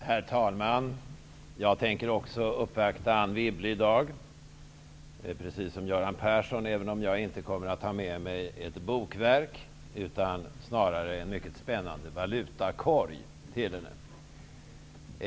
Herr talman! Jag tänker också uppvakta Anne Wibble i dag, precis som Göran Persson. Jag kommer inte att ha med mig ett bokverk utan en mycket spännande valutakorg till henne.